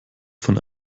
von